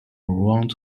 around